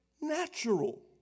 natural